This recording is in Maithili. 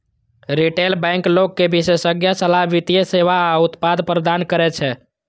रिटेल बैंक लोग कें विशेषज्ञ सलाह, वित्तीय सेवा आ उत्पाद प्रदान करै छै